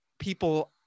people